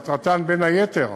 שמטרתן בין היתר